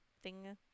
think